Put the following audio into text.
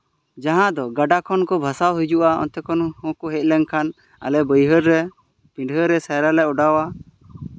ᱡᱟᱦᱟᱸ ᱫᱚ ᱜᱟᱰᱟ ᱠᱷᱚᱱ ᱠᱚ ᱵᱷᱟᱥᱟᱣ ᱦᱤᱡᱩᱜᱼᱟ ᱚᱱᱛᱮ ᱠᱷᱚᱱ ᱦᱚᱸ ᱠᱚ ᱦᱮᱡ ᱞᱮᱱ ᱠᱷᱟᱱ ᱟᱞᱮ ᱵᱟᱹᱭᱦᱟᱹᱲ ᱨᱮ ᱯᱤᱱᱰᱷᱦᱟᱹ ᱨᱮ ᱥᱟᱭᱨᱟ ᱞᱮ ᱚᱰᱟᱣᱟ